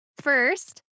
First